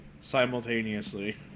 simultaneously